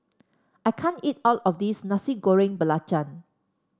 I can't eat all of this Nasi Goreng Belacan